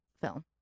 film